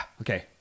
Okay